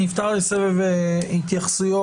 אני אפתח לסבב התייחסויות,